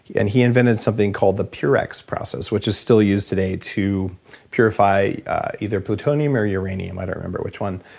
and he invented something called the purex process which is still used today to purify either plutonium or uranium, i don't remember which one.